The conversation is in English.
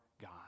God